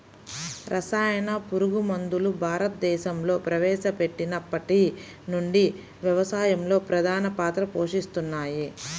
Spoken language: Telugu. రసాయన పురుగుమందులు భారతదేశంలో ప్రవేశపెట్టినప్పటి నుండి వ్యవసాయంలో ప్రధాన పాత్ర పోషిస్తున్నాయి